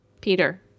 Peter